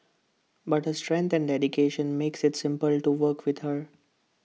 but her strength and dedication makes IT simple to work with her